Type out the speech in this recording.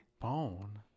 Bone